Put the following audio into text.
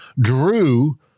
Drew